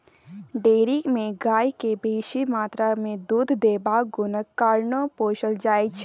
dairy मे गाय केँ बेसी मात्रा मे दुध देबाक गुणक कारणेँ पोसल जाइ छै